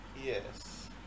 Yes